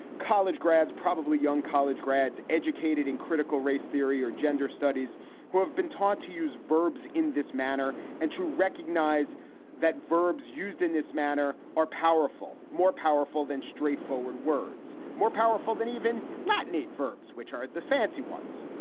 college grads, probably young college grads educated in critical race theory or gender studies who have been taught to use verbs in this manner and to recognize that verbs used in this manner are powerful, more powerful than straightforward words, more powerful than even latinate verbs, which are the fancy ones,